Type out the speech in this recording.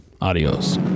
adios